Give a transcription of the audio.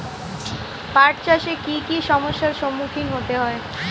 পাঠ চাষে কী কী সমস্যার সম্মুখীন হতে হয়?